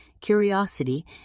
curiosity